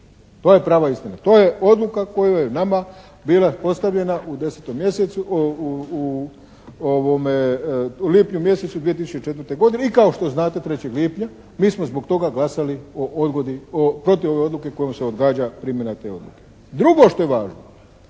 To je prava istina. To je odluka koja je nama bila postavljena u 10. mjesecu, u lipnju mjesecu 2004. godine i kao što znate 3. lipnja mi smo zbog toga glasali protiv ove odluke kojom se odgađa primjena te odluke. Drugo što je važno.